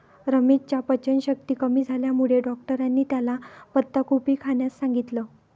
रमेशच्या पचनशक्ती कमी झाल्यामुळे डॉक्टरांनी त्याला पत्ताकोबी खाण्यास सांगितलं